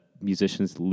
musicians